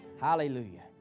Hallelujah